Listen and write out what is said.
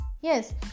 yes